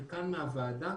מכאן מהוועדה.